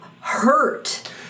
hurt